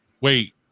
wait